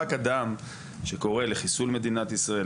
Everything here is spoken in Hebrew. רק אדם שקורא לחיסול מדינת ישראל,